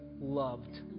loved